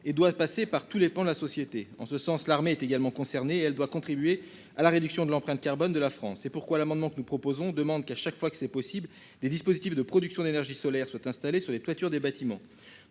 et doivent passer par tous les pans de la société en ce sens, l'armée est également concernée elle doit contribuer à la réduction de l'empreinte carbone de la France et pourquoi l'amendement que nous proposons demande qu'à chaque fois que c'est possible. Des dispositifs de production d'énergie solaire sont installés sur les toitures des bâtiments.